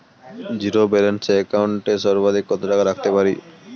Zero balance account এ সর্বাধিক কত টাকা রাখতে পারি?